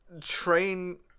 train